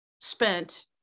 spent